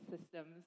systems